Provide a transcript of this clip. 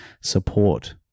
support